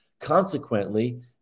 Consequently